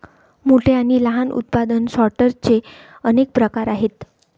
मोठ्या आणि लहान उत्पादन सॉर्टर्सचे अनेक प्रकार आहेत